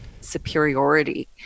superiority